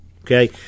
okay